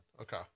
Okay